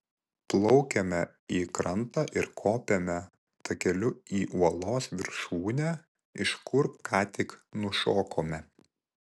plaukiame į krantą ir kopiame takeliu į uolos viršūnę iš kur ką tik nušokome